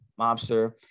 mobster